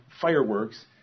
fireworks